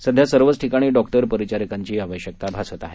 सध्या सर्वच ठिकाणी डॉक्टर परिचारिकांची आवश्यकता भासत आहे